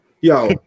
Yo